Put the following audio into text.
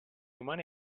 umani